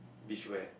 beach wear